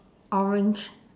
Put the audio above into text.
orange